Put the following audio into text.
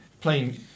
playing